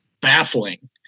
baffling